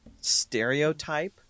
stereotype